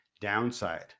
downside